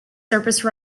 surface